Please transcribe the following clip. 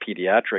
pediatric